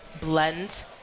blend